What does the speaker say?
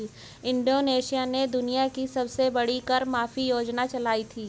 Indonesia ने दुनिया की सबसे बड़ी कर माफी योजना चलाई थी